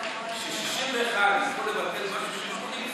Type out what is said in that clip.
ש-61 יזכו לבטל משהו של 80,